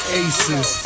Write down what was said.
aces